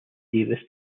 davis